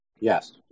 Yes